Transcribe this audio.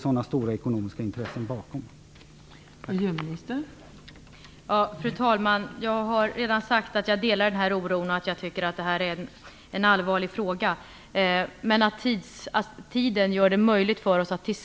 Det finns så stora ekonomiska intressen bakom detta.